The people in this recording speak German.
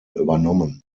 übernommen